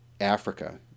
Africa